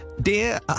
Dear